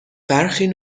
برخی